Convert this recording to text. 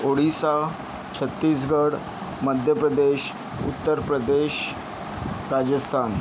Odisha Chhattisgarh Madhya Pradesh Uttar Pradesh Rajasthan